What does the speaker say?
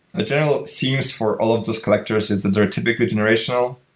the general seems for all of these collectors is that they're typically generational.